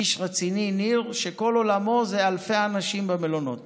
איש רציני, שכל עולמו זה אלפי אנשים במלונות